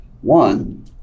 One